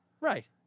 Right